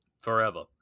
forever